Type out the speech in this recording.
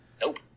Nope